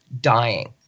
dying